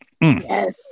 yes